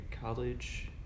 college